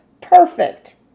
Perfect